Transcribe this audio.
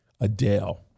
Adele